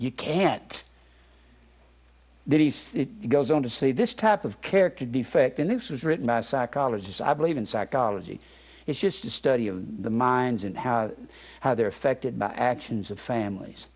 you can't then he goes on to say this type of character defect and this was written by a psychologist i believe in psychology it's just a study of the minds and how how they're affected by actions of families